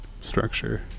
structure